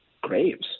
graves